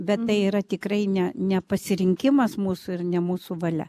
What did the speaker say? bet tai yra tikrai ne nepasirinkimas mūsų ir ne mūsų valia